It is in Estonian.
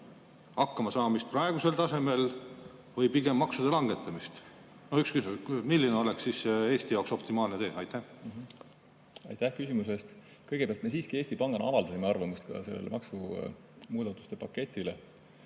hakkamasaamist praegusel tasemel või pigem maksude langetamist? Milline oleks Eesti jaoks optimaalne tee? Aitäh küsimuse eest! Kõigepealt, me siiski Eesti Pangana avaldasime arvamust kogu selle maksumuudatuste paketi